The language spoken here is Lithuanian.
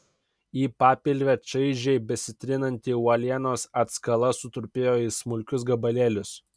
į papilvę čaižiai besitrinanti uolienos atskala sutrupėjo į smulkius gabalėlius